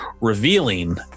revealing